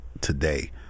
today